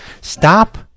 Stop